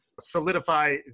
solidify